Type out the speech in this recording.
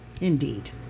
Indeed